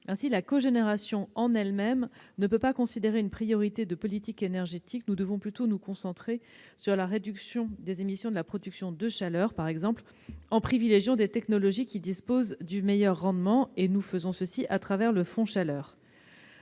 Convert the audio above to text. Ainsi, la cogénération ne peut pas constituer en elle-même une priorité de la politique énergétique ; nous devons plutôt nous concentrer sur la réduction des émissions de la production de chaleur, par exemple, en privilégiant des technologies qui disposent du meilleur rendement. C'est ce que nous faisons au travers du fonds chaleur.